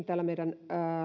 täällä meidän mietinnössämme